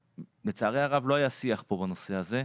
לצערי הרב לא היה שיח פה בנושא הזה,